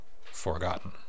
forgotten